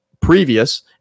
previous